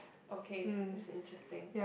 okay that's interesting